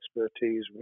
expertise